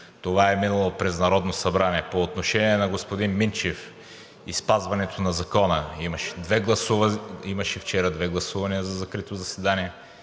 Това е минало през Народното събрание. По отношение на господин Минчев и спазването на закона – имаше вчера две гласувания за закрито заседание,